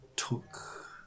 took